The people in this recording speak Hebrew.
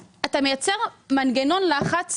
מהו הטווח שנשאר בין רגע קניית הדירה,